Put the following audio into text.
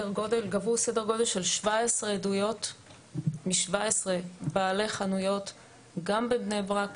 גבו סדר-גודל של 17 עדויות מ-17 בעלי חנויות גם בבני ברק,